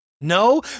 No